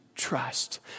trust